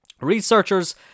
Researchers